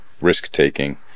risk-taking